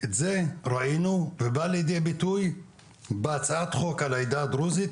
את זה ראינו ובא לידי ביטוי בהצעת חוק על העדה הדרוזית,